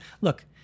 look